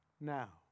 now